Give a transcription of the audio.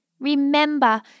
Remember